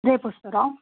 రేపు వస్తారా